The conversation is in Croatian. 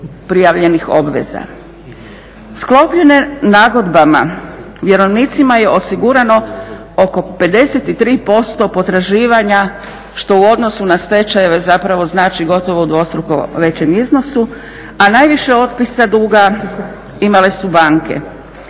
prijavljenih obveza. Sklopljene nagodbama vjerovnicima je osigurano oko 53% potraživanja što u odnosu na stečajeve zapravo znači gotovo u dvostruko većem iznosu, a najviše otpisa duga imale su banke.